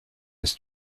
his